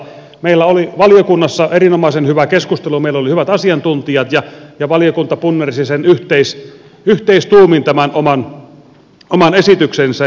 meillä oli valiokunnassa erinomaisen hyvä keskustelu meillä oli hyvät asiantuntijat ja valiokunta punnersi yhteistuumin tämän oman esityksensä